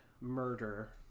murder